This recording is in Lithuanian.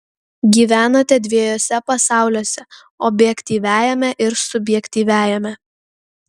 gyvenate dviejuose pasauliuose objektyviajame ir subjektyviajame